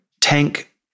tank